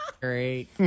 Great